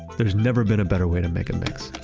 there has never been a better way to make a mix.